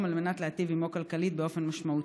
על מנת להיטיב עמו כלכלית באופן משמעותי.